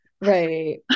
right